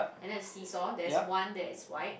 and then the seesaw there is one that is white